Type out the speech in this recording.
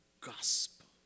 gospel